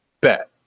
bet